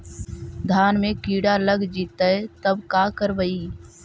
धान मे किड़ा लग जितै तब का करबइ?